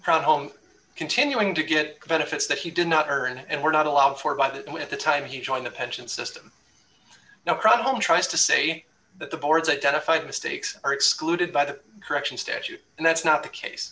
route home continuing to get benefits that he did not earn and were not allowed for by that at the time he joined the pension system now problem tries to say that the board's identified mistakes are excluded by the correction statute and that's not the case